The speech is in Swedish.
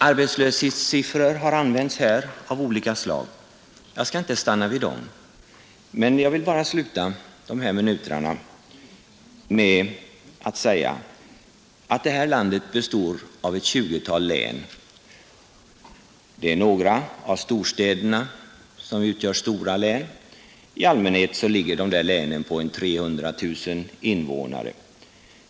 Arbetslöshetssiffror av olika slag har använts här. Jag skall inte stanna vid dem. Det här landet består av ett tjugotal län. Det är några av storstäderna som utgör stora län. I allmänhet har länen omkring 300 000 invånare.